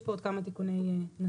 יש פה עוד כמה תיקוני נוסח.